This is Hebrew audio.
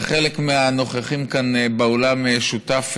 וחלק מהנוכחים כאן באולם שותף,